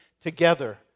together